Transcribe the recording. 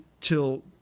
till